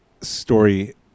story